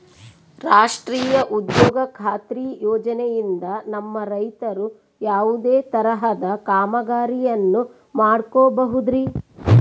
ರಾಷ್ಟ್ರೇಯ ಉದ್ಯೋಗ ಖಾತ್ರಿ ಯೋಜನೆಯಿಂದ ನಮ್ಮ ರೈತರು ಯಾವುದೇ ತರಹದ ಕಾಮಗಾರಿಯನ್ನು ಮಾಡ್ಕೋಬಹುದ್ರಿ?